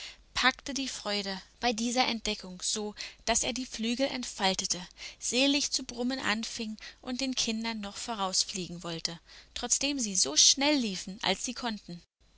packte die freude bei dieser entdeckung so daß er die flügel entfaltete selig zu brummen anfing und den kindern noch vorausfliegen wollte trotzdem sie so schnell liefen als sie konnten